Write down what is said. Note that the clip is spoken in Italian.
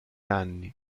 anni